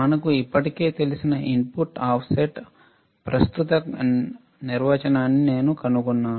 మనకు ఇప్పటికే తెలిసిన ఇన్పుట్ ఆఫ్సెట్ ప్రస్తుత నిర్వచనాన్ని నేను కనుగొన్నాను